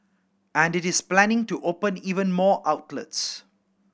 and it is planning to open even more outlets